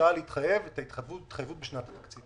הרשאה להתחייב את ההתחייבות בשנת התקציב.